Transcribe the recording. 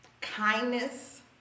kindness